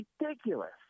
ridiculous